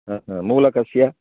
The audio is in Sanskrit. मूलकस्य